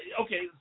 okay